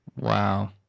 Wow